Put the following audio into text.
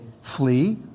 flee